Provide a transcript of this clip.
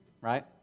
right